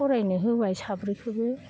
फरायनो होबाय साब्रैखोबो